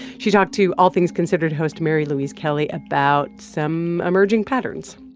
she talked to all things considered host mary louise kelly about some emerging patterns